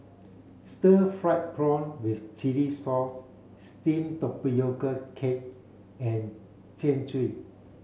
stir fried prawn with chili sauce steamed tapioca cake and Jian Dui